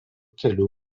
kelių